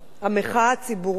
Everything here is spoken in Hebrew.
המחאה הציבורית